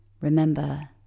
remember